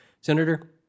Senator